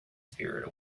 spirit